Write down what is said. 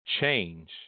change